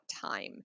time